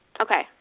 Okay